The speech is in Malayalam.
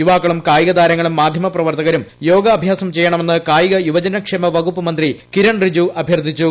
യൂവാക്കളും കായികതാരങ്ങളും മാധ്യമപ്രവർത്തകരൂം യോഗാഭ്യാസം ചെയ്യണമെന്ന് കായിക യുവജനക്ഷേമ വകൂപ്പ് മന്ത്രി കിരൺ റിജ്ജൂ അഭ്യർത്ഥിച്ചു